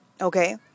okay